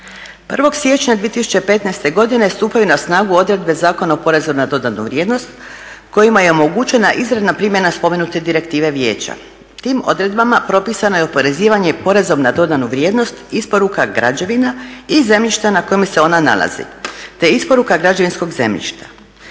1. siječnja 2015. godine stupaju na snagu odredbe Zakona o porezu na dodanu vrijednost kojima je omogućena izravna primjena spomenute direktive Vijeća. Tim odredbama propisano je oporezivanje i porezom na dodanu vrijednost, isporuka građevina i zemljišta na kojima se ona nalazi, te isporuka građevinskog zemljišta.